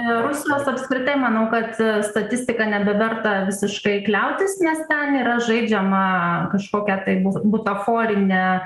rusijos apskritai manau kad statistika nebeverta visiškai kliautis nes ten yra žaidžiama kažkokia tai bu butaforine